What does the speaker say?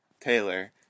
Taylor